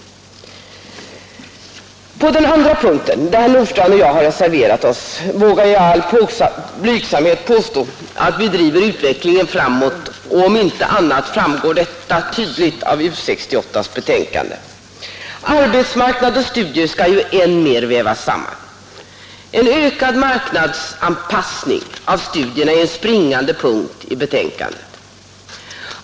Också på den andra punkten, där herr Nordstrandh och jag har reserverat oss, vågar jag i all blygsamhet påstå att vi driver utvecklingen framåt — om inte annat framgår detta än tydligare av U 68:s betänkande. Arbetsmarknad och studier skall ju än mer vävas samman. En ökad marknadsanpassning av studierna är en springande punkt i hela detta betänkande.